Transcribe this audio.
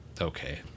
Okay